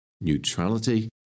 neutrality